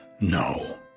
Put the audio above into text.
No